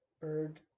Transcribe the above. Bird